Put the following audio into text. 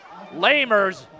Lamers